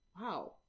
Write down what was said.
wow